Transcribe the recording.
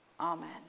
Amen